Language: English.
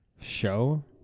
Show